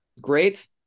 great